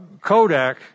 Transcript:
Kodak